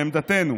לעמדתנו,